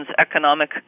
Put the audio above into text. economic